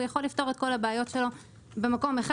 יכול לפתור את כל הבעיות שלו במקום אחד,